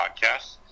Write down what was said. Podcast